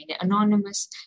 anonymous